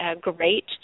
great